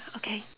okay